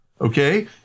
Okay